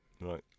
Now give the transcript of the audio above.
Right